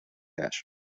ash